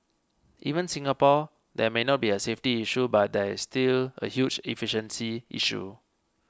even Singapore there may not be a safety issue but there is still a huge efficiency issue